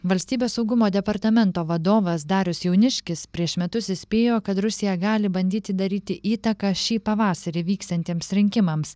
valstybės saugumo departamento vadovas darius jauniškis prieš metus įspėjo kad rusija gali bandyti daryti įtaką šį pavasarį vyksiantiems rinkimams